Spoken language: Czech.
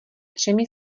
třemi